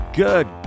Good